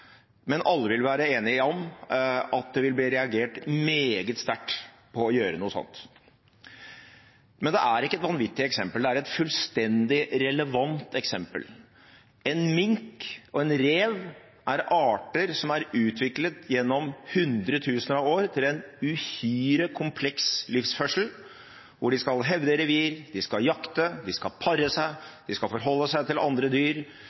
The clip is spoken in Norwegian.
men alle vil være enige om at det vil bli reagert meget sterkt på å gjøre noe sånt. Men det er ikke et vanvittig eksempel, det er et fullstendig relevant eksempel. Mink og rev er arter som er utviklet gjennom hundretusener av år til en uhyre kompleks livsførsel, hvor de skal hevde revir, de skal jakte, de skal pare seg, de skal forholde seg til andre dyr,